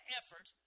effort